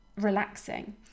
relaxing